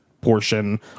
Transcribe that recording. portion